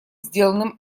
сделанным